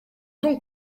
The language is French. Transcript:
donc